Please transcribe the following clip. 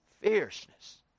Fierceness